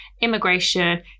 immigration